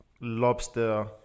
lobster